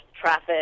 traffic